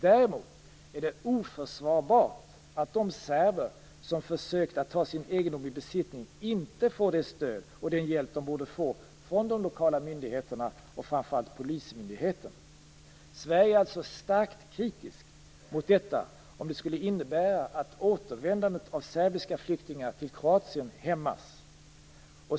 Däremot är det oförsvarbart att de serber som försökt att ta sin egendom i besittning inte får det stöd och den hjälp som de borde få från de lokala myndigheterna och framför allt polismyndigheten. Sverige är alltså starkt kritiskt mot detta om det skulle innebära att återvändandet av serbiska flyktingar till Kroatien hämmas.